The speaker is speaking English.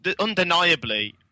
undeniably